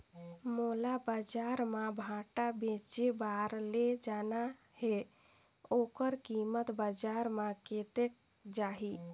मोला बजार मां भांटा बेचे बार ले जाना हे ओकर कीमत बजार मां कतेक जाही?